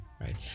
right